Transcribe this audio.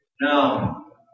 No